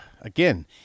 again